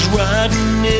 riding